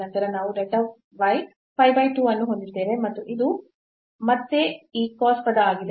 ನಂತರ ನಾವು delta y 5 by 2 ಅನ್ನು ಹೊಂದಿದ್ದೇವೆ ಮತ್ತು ಇದು ಮತ್ತೆ ಈ cos ಪದ ಆಗಿದೆ